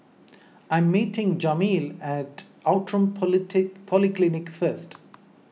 I am meeting Jameel at Outram politic Polyclinic first